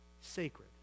sacred